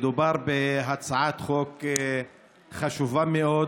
מדובר בהצעת חוק חשובה מאוד,